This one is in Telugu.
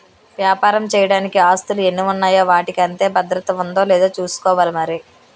వ్యాపారం చెయ్యడానికి ఆస్తులు ఎన్ని ఉన్నాయో వాటికి అంతే భద్రత ఉందో లేదో చూసుకోవాలి మరి